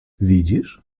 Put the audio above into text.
widzisz